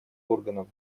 органов